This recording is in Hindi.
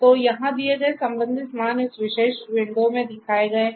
तो यहां दिए गए संबंधित मान इस विशेष विंडो में दिखाए गए हैं